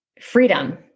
freedom